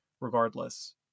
regardless